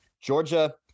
Georgia